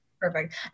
Perfect